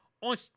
on